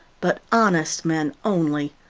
but honest men only,